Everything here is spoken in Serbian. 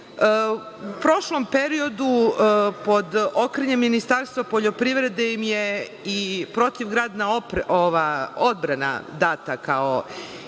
prošlom periodu, pod okriljem Ministarstva poljoprivrede im je i protivgradna odbrana data kao jedno